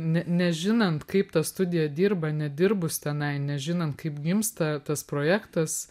ne nežinant kaip ta studija dirba nedirbus tenai nežinant kaip gimsta tas projektas